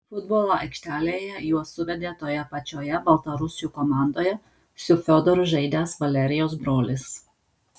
futbolo aikštelėje juos suvedė toje pačioje baltarusių komandoje su fiodoru žaidęs valerijos brolis